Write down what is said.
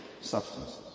substances